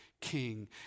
king